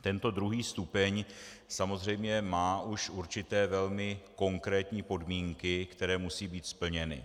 Tento druhý stupeň samozřejmě má už určité velmi konkrétní podmínky, které musí být splněny.